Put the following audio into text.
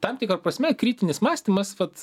tam tikra prasme kritinis mąstymas vat